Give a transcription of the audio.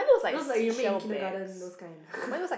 those like you make in kindergarten those kind